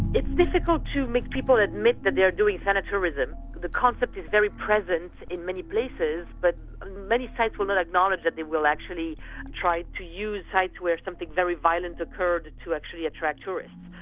it's difficult to make people admit that they are doing thanatourism. the concept is very present in many places, but many sites will not acknowledge that they will actually try to use sites where something very violent occurs, to actually attract tourists.